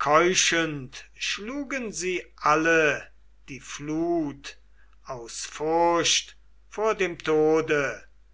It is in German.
keuchend schlugen sie alle die flut aus furcht vor dem tode